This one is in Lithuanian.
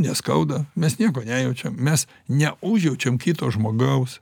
neskauda mes nieko nejaučiam mes neužjaučiam kito žmogaus